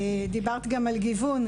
דיברת גם על גיוון,